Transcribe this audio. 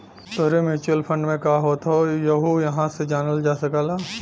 तोहरे mutual fund में का होत हौ यहु इहां से जानल जा सकला